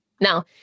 Now